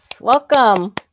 welcome